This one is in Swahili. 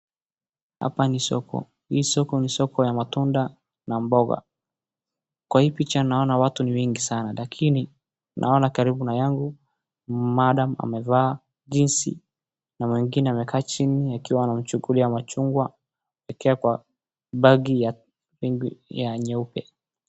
Hapa ni soko. Hii soko ni soko ya matunda na mboga. Naona watu ni wengi sana, lakini naona karibu na yangu madam amevaa jinsi na mwingine amekaa chini akiwa anamchukulia machungwa akiwa kwa bagi ya rangi ya nyeupe.